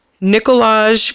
nicolaj